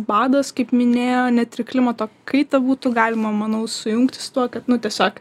badas kaip minėjo net ir klimato kaitą būtų galima manau sujungti su tuo kad nu tiesiog